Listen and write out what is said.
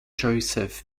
joseph